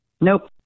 Nope